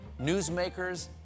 newsmakers